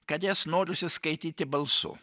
kad jas norisi skaityti balsu